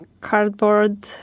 cardboard